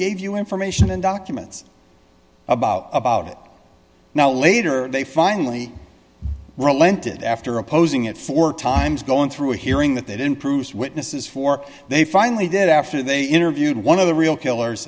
gave you information and documents about about it now later they finally relented after opposing it four times going through a hearing that that improves witnesses for they finally did after they interviewed one of the real killers